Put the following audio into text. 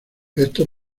estos